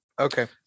Okay